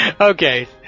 Okay